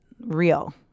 real